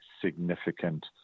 significant